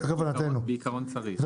בעיקרון צריך.